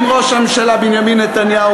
עם ראש הממשלה בנימין נתניהו,